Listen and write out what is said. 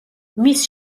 მის